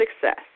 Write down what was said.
Success